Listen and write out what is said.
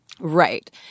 Right